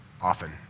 often